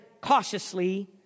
cautiously